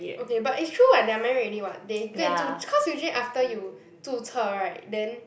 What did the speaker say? okay but it's true [what] they are married already [what] they go and cause usually after you 注册 [right] then